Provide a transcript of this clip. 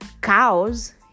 cows